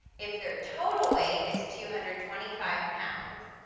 if their total weight is two hundred twenty-five pounds,